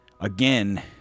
again